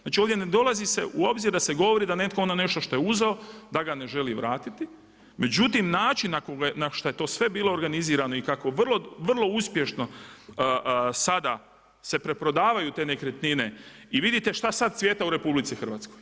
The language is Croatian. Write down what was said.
Znači ovdje ne dolazi se u obzir da se govori da netko ono nešto što je uzeo da ga ne želi vratiti, međutim, način na šta je to sve bilo organizirano i kako vrlo uspješno sada se preprodavaju te nekretnine i vidite šta sad cvijeta u RH.